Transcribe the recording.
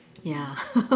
ya